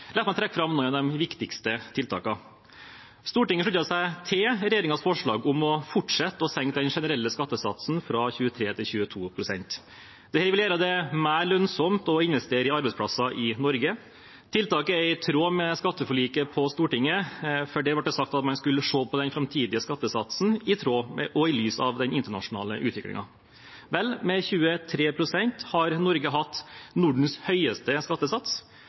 La meg trekke fram noen av de viktigste tiltakene: Stortinget slutter seg til regjeringens forslag om å fortsette med å senke den generelle skattesatsen fra 23 til 22 pst. Dette vil gjøre det mer lønnsomt å investere i arbeidsplasser i Norge. Tiltaket er i tråd med skatteforliket på Stortinget, for der ble det sagt at man skulle se på den framtidige skattesatsen, i tråd med og i lys av den internasjonale utviklingen. Med 23 pst. har Norge hatt Nordens høyeste skattesats,